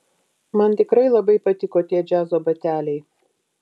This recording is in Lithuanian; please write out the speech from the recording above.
man tikrai labai patiko tie džiazo bateliai